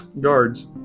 Guards